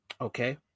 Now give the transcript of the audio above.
Okay